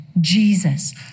Jesus